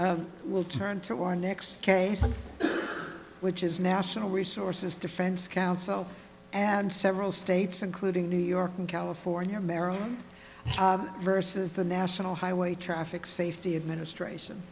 we'll turn to our next case which is national resources defense council and several states including new york and california maryland versus the national highway traffic safety administration